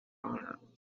honor